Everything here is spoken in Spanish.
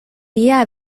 día